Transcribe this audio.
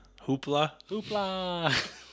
Hoopla